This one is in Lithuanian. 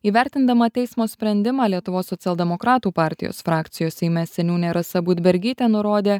įvertindama teismo sprendimą lietuvos socialdemokratų partijos frakcijos seime seniūnė rasa budbergytė nurodė